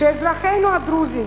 שאזרחינו הדרוזים,